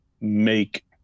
make